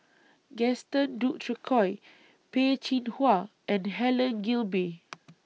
Gaston Dutronquoy Peh Chin Hua and Helen Gilbey